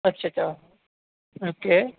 اچھا اچھا اوکے